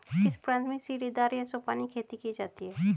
किस प्रांत में सीढ़ीदार या सोपानी खेती की जाती है?